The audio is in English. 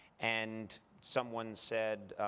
and someone said,